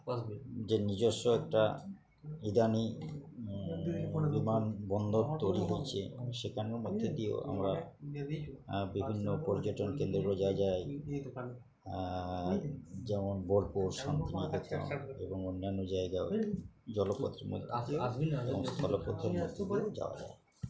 যে নিজস্ব একটা ইদানীং পরিমাণ বন্দর তৈরি হচ্ছে সেখানে মধ্যে দিয়েও আমরা বিভিন্ন পর্যটন কেন্দ্র গুলো যাই যেমন এবং অন্যান্য জায়গা জলপত্র জলপত্রের মধ্যে যাওয়া যায়